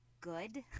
good